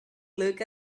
look